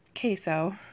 queso